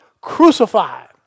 Crucified